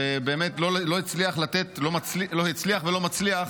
ולא הצליח ולא מצליח